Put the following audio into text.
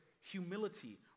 humility